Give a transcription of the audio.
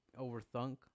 overthunk